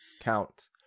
count